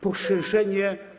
Poszerzenie.